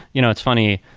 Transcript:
you know it's funny,